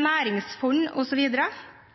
næringsfond